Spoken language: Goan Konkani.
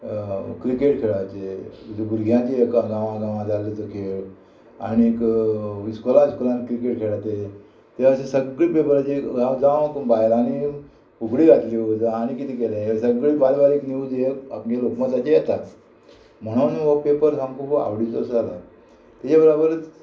क्रिकेट खेळाचे भुरग्यांचे एका गांवा गांवां जाल्लो तो खेळ आनीक इस्कोला इस्कोलान क्रिकेट खेळ्ळा ते ते अशे सगळे पेपराचेर जावं बायलांनी फुगडी घातल्यो जावं आनी कितें केलें हें सगळें बारीक बारीक न्यूज हे आमगे लोकमताचेर येतात म्हणून हो पेपर सामको खूब आवडीचो असो जाला तेज्या बराबरच